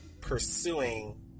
pursuing